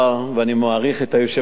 ואני מעריך את היושב-ראש,